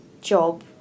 job